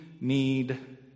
need